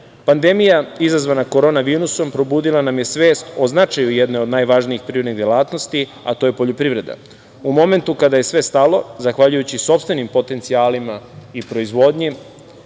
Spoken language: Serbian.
Pandemija izazvana korona virusom probudila nam je svest o značaju jedne od najvažnijih privrednih delatnosti, a to je poljoprivreda. U momentu kada je sve stalo, zahvaljujući sopstvenih potencijalima i proizvodnji,